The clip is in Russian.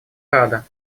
рада